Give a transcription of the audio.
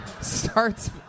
Starts